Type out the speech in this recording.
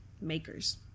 makers